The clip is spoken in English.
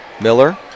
Miller